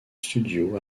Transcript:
studio